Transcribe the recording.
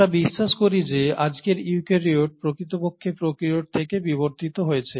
আমরা বিশ্বাস করি যে আজকের ইউক্যারিওট প্রকৃতপক্ষে প্রোক্যারিওট থেকে বিবর্তিত হয়েছে